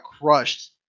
crushed